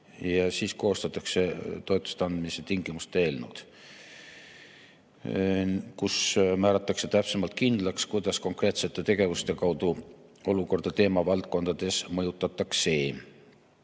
Siis koostatakse toetuste andmise tingimuste eelnõud, kus määratakse täpsemalt kindlaks, kuidas konkreetsete tegevuste abil olukorda teemavaldkondades mõjutatakse.